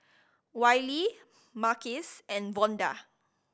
Wylie Marquez and Vonda